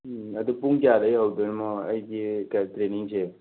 ꯑꯗꯨ ꯄꯨꯡ ꯀꯌꯥꯗ ꯌꯧꯔꯛꯇꯣꯔꯤꯃꯣ ꯑꯩꯒꯤ ꯀ ꯇ꯭ꯔꯦꯅꯤꯡꯁꯦ